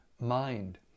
mind